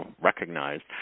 recognized